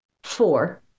Four